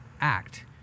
act